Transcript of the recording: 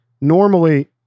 Normally